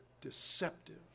deceptive